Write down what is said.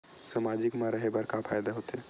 सामाजिक मा रहे बार का फ़ायदा होथे?